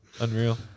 Unreal